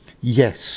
yes